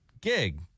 gig